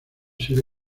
sido